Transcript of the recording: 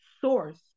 source